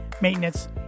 maintenance